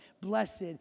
blessed